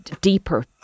deeper